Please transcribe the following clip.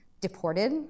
deported